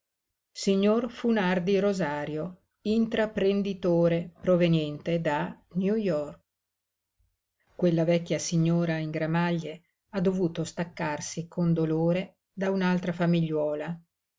vittoria signor funardi rosario intraprenditore proveniente da new york quella vecchia signora in gramaglie ha dovuto staccarsi con dolore da un'altra famigliuola